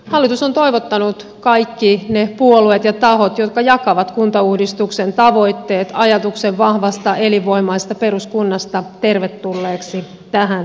hallitus on toivottanut kaikki ne puolueet ja tahot jotka jakavat kuntauudistuksen tavoitteet ajatuksen vahvasta elinvoimaisesta peruskunnasta tervetulleiksi tähän työhön